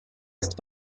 ist